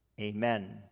Amen